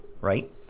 right